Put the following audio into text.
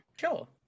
Sure